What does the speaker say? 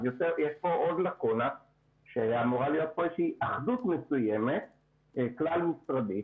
אז יש פה עוד לקונה שאמורה להיות פה אחדות מסוימת כלל משרדית,